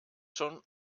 schon